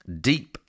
deep